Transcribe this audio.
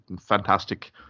fantastic